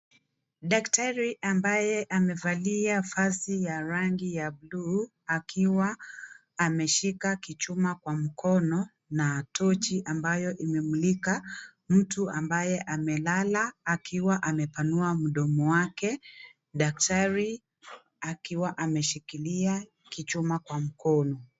Daktari ambaye amevalia vazi ya rangi ya buluu, akiwa ameshika kichuma kwa mkono na tochi ambayo imemulika mtu ambaye amelala, akiwa amepanua mdomo wake. Daktari akiwa ameshikilia kichuma kwa mkono.